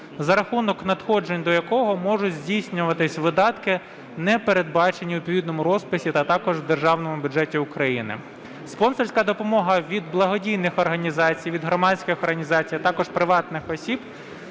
за рахунок надходжень до якого можуть здійснюватись видатки, не передбачені у відповідному розписі та також в державному бюджеті України. Спонсорська допомога від благодійних організацій, від громадських організацій, а також приватних осіб,